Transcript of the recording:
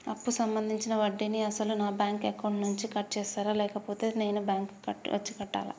అప్పు సంబంధించిన వడ్డీని అసలు నా బ్యాంక్ అకౌంట్ నుంచి కట్ చేస్తారా లేకపోతే నేను బ్యాంకు వచ్చి కట్టాలా?